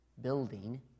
building